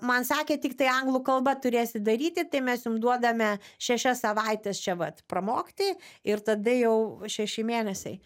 man sakė tik tai anglų kalba turėsit daryti tai mes jum duodame šešias savaites čia vat pramokti ir tada jau šeši mėnesiai